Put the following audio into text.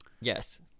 Yes